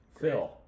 Phil